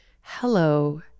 hello